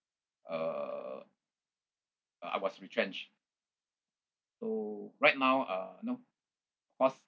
uh uh I was retrenched so right now uh no what's